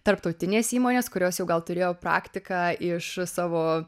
tarptautinės įmonės kurios jau gal turėjo praktiką iš savo